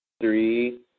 Three